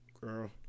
girl